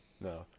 No